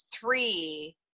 three